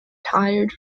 tired